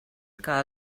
que